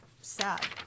sad